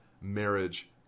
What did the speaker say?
marriage